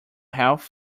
health